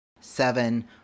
seven